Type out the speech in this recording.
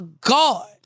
god